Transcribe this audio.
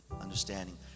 understanding